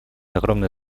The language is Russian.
огромное